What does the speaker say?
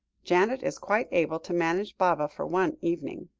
janet is quite able to manage baba for one evening.